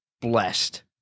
blessed